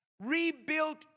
rebuilt